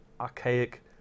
archaic